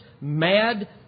mad